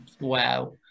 wow